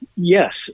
Yes